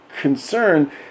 concern